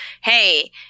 hey